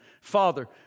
Father